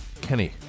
Kenny